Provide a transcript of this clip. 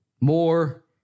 more